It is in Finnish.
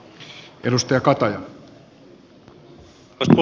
arvoisa puhemies